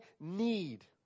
need